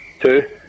Two